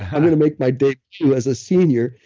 i'm going to make my debut as a senior,